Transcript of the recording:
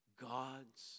God's